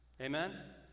Amen